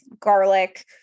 garlic